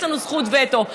יש לנו זכות וטו?